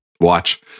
watch